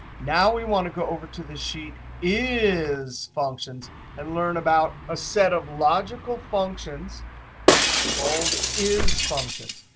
now we want to go over to the sheet is functions and learn about a set of logical functions called is functions.